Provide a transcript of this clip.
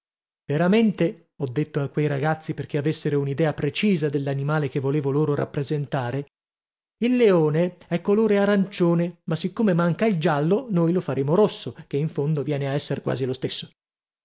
veramente ho detto a quei ragazzi perché avessero un'idea precisa dell'animale che volevo loro rappresentare il leone è colore arancione ma siccome manca il giallo noi lo faremo rosso che in fondo viene a esser quasi lo stesso